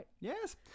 Yes